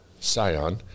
Sion